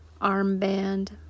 armband